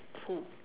who